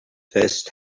first